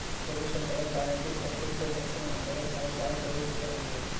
रविशंकरक guaranteed asset प्रोटेक्शनेर अंतर्गत साढ़े चार करोड़ रुपया मिल ले